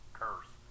curse